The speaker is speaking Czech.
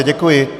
Děkuji.